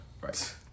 Right